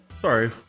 Sorry